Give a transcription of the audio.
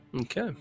Okay